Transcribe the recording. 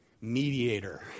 Mediator